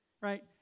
right